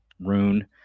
rune